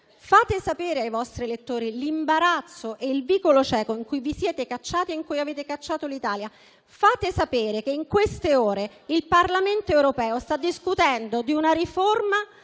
Fate sapere ai vostri elettori l'imbarazzo e il vicolo cieco in cui vi siete cacciati e in cui avete cacciato l'Italia. Fate sapere che in queste ore il Parlamento europeo sta discutendo di una riforma